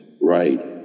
right